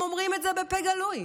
הם אומרים את זה בפה גלוי,